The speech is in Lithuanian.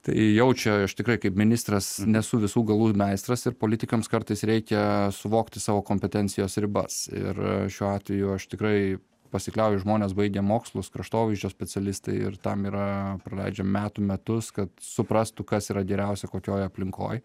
tai jau čia aš tikrai kaip ministras nesu visų galų meistras ir politikams kartais reikia suvokti savo kompetencijos ribas ir šiuo atveju aš tikrai pasikliauju žmonės baigę mokslus kraštovaizdžio specialistai ir tam yra praleidžiama metų metus kad suprastų kas yra geriausia kokioj aplinkoj